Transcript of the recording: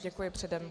Děkuji předem.